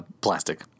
Plastic